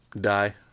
die